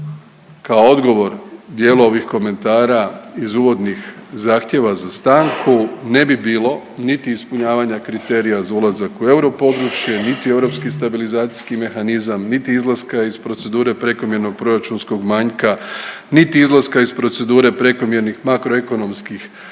kao odgovor dijelu ovih komentara iz uvodnih zahtjeva za stanku ne bi bilo niti ispunjavanja kriterija za ulazak u europodručje, niti u europski stabilizacijski mehanizam, niti izlaska iz procedure prekomjernog proračunskog manjka, niti izlaska iz procedure prekomjernih makroekonomskih